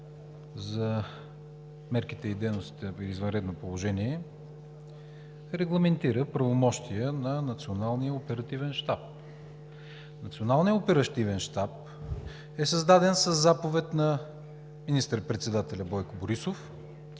за мерките и дейностите при извънредно положение регламентира правомощията на Националния оперативен щаб. Националният оперативен щаб е създаден със заповед на министър-председателя Бойко Борисов